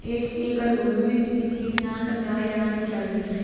एक एकड़ भूमि में कितनी कीटनाशक दबाई लगानी चाहिए?